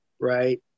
right